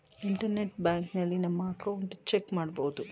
internet ಬ್ಯಾಂಕಿನಲ್ಲಿ ನಮ್ಮ account check ಮಾಡಬಹುದು